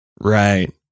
Right